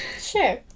Sure